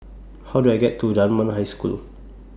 How Do I get to Dunman High School